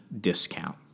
discount